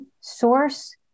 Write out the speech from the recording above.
source